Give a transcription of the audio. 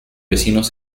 vecinos